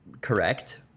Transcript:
correct